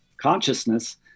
consciousness